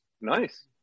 nice